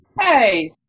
Hey